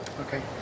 Okay